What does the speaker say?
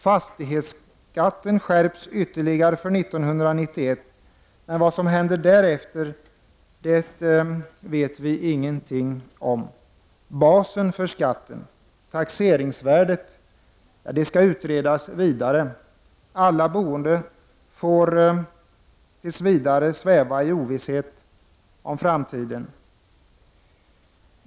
Fastighetsskatten skärps ytterligare för 1991, men vad som händer därefter vet vi ingenting om. Basen för skatten — taxeringsvärdet — skall utredas vidare. Alla boende får tills vidare sväva i ovisshet om framtiden.